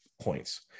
points